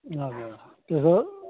हजुर त्यसो